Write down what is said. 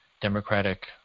democratic